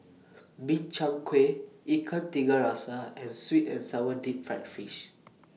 Min Chiang Kueh Ikan Tiga Rasa and Sweet and Sour Deep Fried Fish